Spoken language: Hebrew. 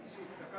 השר,